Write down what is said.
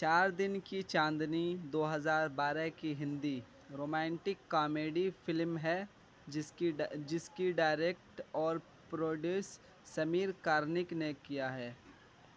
چار دن کی چاندنی دو ہزار بارہ کی ہندی رومانٹک کامیڈی فلم ہے جس کی جس کی ڈائریکٹ اور پروڈیوس سمیر کارنک نے کیا ہے